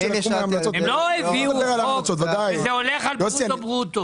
הם לא הביאו חוק שלפיו זה הולך על ברוטו-ברוטו.